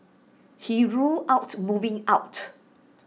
he ruled out moving out